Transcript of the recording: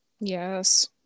Yes